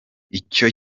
icyo